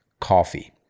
coffee